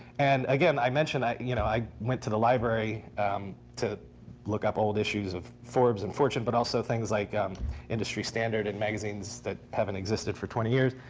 and again, i mentioned you know i went to the library to look up old issues of forbes and fortune but also things like industry standard and magazines that haven't existed for twenty years.